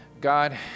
God